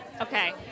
Okay